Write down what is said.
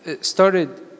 started